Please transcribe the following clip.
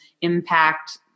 impact